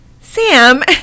Sam